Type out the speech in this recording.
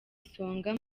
isonga